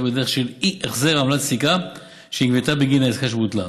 בדרך של אי-החזר עמלת סליקה שנגבתה בגין העסקה שבוטלה.